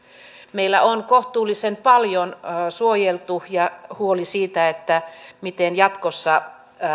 meillä on kohtuullisen paljon suojeltu ja huoli siitä miten jatkossa